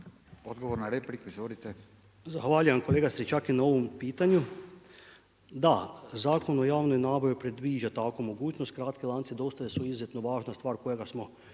Josip (HDZ)** Zahvaljujem kolega Stričak na ovom pitanju. Da, Zakon o javnoj nabavi, predviđa takvu mogućnost, kratki lanci, dosta su izrazito važna stvar, koje smo